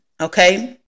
okay